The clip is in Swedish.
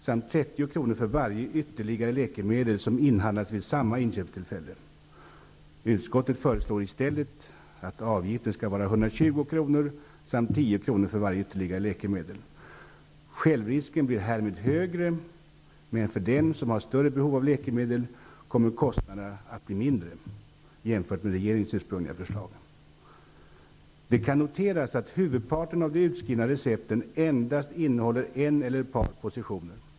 samt 30 kr. för varje ytterligare läkemedel som inhandlas vid samma inköpstillfälle. Utskottet föreslår i stället att avgiften skall vara 120 kr. samt 10 kr. för varje ytterligare läkemedel. Självrisken blir härmed högre, men för dem som har större behov av läkemedel kommer kostnaderna att bli mindre, jämfört med regeringens ursprungliga förslag. Det kan noteras att huvudparten av de utskrivna recepten endast innehåller en eller ett par positioner.